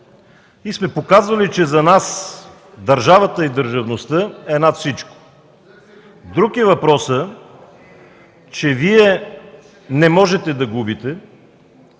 и сме показали, че за нас държавата и държавността е над всичко. Друг е въпросът, че Вие не можете да губите,